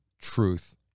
truth